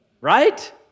right